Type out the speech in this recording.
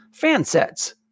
FanSets